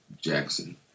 Jackson